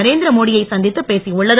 நரேந்திரமோடி யை சந்தித்து பேசியுள்ளது